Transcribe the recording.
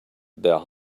their